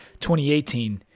2018